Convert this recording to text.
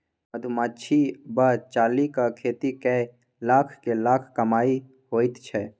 मधुमाछी वा चालीक खेती कए लाखक लाख कमाई होइत छै